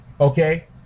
Okay